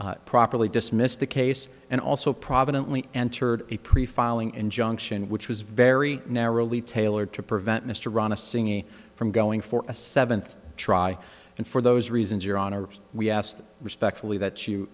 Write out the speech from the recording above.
right properly dismissed the case and also prominently entered a pre filing injunction which was very narrowly tailored to prevent mr ronna singing from going for a seventh try and for those reasons your honor we asked respectfully that you